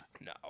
No